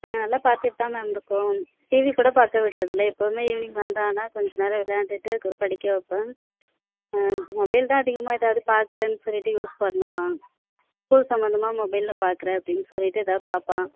நாங்கள் நல்லா பார்த்துட்டு தான் மேம் இருக்கிறோம் டிவிக்கூட பார்க்க விட்றதில்லை எப்போவுமே ஈவினிங் வந்தான்னா கொஞ்ச நேரம் விளாண்டுட்டு படிக்க வைப்பேன் மொபைல் அதான் அதிகமாக எதாவது பார்க்குறேன்னு சொல்லிவிட்டு யூஸ் பண்ணுவான் ஸ்கூல் சம்மந்தமாக மொபைலில் பார்க்குறேன் அப்படின்னு சொல்லிவிட்டு எதாவது பார்ப்பான்